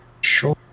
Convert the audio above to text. Sure